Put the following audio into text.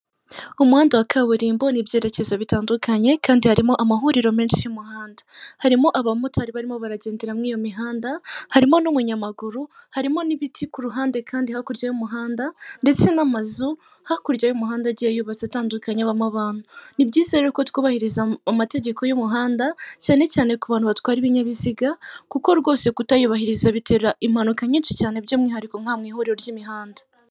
Umuhanda wa kaburimbo n'ibyerekezo bitandukanye kandi harimo amahuriro menshi y'umuhanda, harimo abamotari barimo baragenderamo iyo mihanda harimo n'umunyamaguru harimo n'ibiti ku ruhande kandi hakurya y'umuhanda, ndetse n'amazu hakurya y'umuhanda agiye yubatse atandukanye abamo abantu, ni byiza ariko twubahiriza amategeko y'umuhanda cyane cyane ku bantu batwara ibinyabiziga kuko rwose kutabyubahiriza bitera impanuka nyinshi cyane by'umwihariko nko mu ihuriro ry'imihanda.